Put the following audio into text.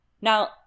Now